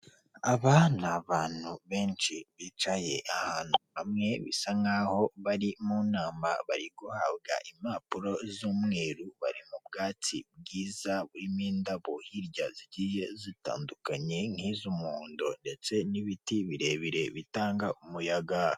Aba ni abantu benshi bicaye ahantu hamwe bisa nkaho bari mu nama bari guhabwa impapuro z'umweru, bari mu bwatsi bwiza burimo indabo hirya zigiye zitandukanye nk'iz'umuhondo ndetse n'ibiti birebire bitanga umuyaga.